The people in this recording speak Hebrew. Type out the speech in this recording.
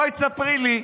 בואי ספרי לי,